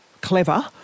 clever